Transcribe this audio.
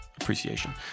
appreciation